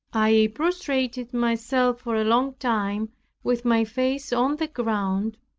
i prostrated myself for a long time with my face on the ground,